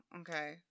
okay